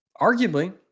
Arguably